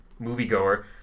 moviegoer